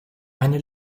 eine